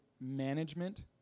management